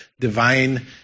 divine